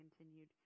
continued